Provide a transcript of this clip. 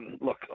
look